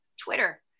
twitter